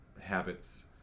habits